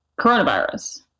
coronavirus